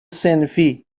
صنفی